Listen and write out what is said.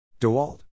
DEWALT